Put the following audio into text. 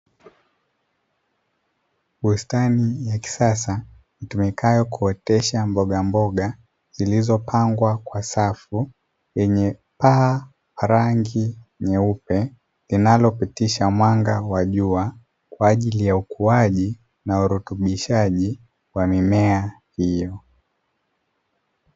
Bustani ya kisasa itumikayo kuotesha mboga mboga zilizopangwa kwa safu, yenye paa rangi nyeupe inalopitisha mwanga wa jua kwa ajili ya ukuaji na urutubishaji wa mimea hiyo.